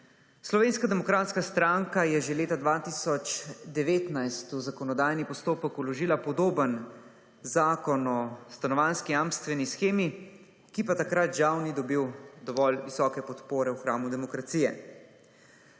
zadolževanje. SDS je že leta 2019 v zakonodajni postopek vložila podoben zakon o stanovanjski jamstveni shemi, ki pa takrat žal ni dobil dovolj visoke podpore v hramu demokracije.